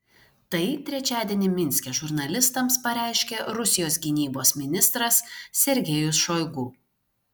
tai trečiadienį minske žurnalistams pareiškė rusijos gynybos ministras sergejus šoigu